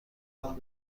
الان